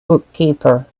bookkeeper